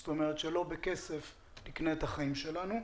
זאת אומרת שלא בכסף נקנה את החיים שלנו.